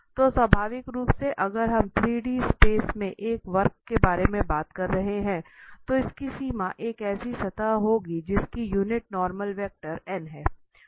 तो स्वाभाविक रूप से अगर हम 3D स्पेस में एक वक्र के बारे में बात कर रहे हैं तो इसकी सीमा एक ऐसी सतह होगी जिसकी यूनिट नॉर्मल वेक्टर है